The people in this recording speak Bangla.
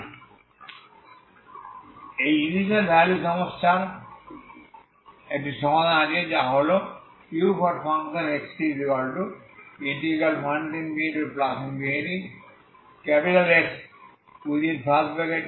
তাই এই ইনিশিয়াল ভ্যালু সমস্যার একটি সমাধান আছে যা হল uxt ∞Sx ytfdy